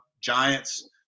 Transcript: Giants